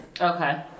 Okay